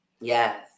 Yes